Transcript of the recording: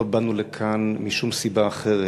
לא באנו לכאן משום סיבה אחרת,